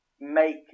make